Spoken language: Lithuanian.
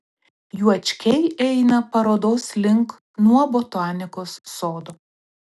juočkiai eina parodos link nuo botanikos sodo